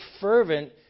fervent